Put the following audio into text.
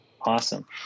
Awesome